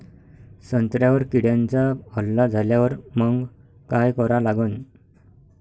संत्र्यावर किड्यांचा हल्ला झाल्यावर मंग काय करा लागन?